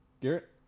Garrett